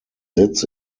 sitz